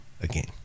again